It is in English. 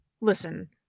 Listen